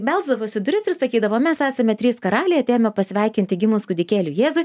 belsdavosi į duris ir sakydavo mes esame trys karaliai atėjome pasveikinti gimus kūdikėliui jėzui